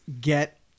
get